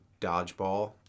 Dodgeball